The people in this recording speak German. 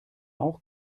auch